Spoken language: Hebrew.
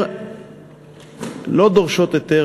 שלא דורשות היתר,